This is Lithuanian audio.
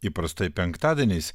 įprastai penktadieniais